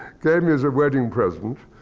gave me as a wedding present,